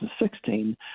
2016